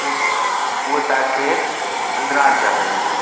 उ उहा तव्हांखे पंदरहां रुपया पवंदी